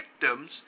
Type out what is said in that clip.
victims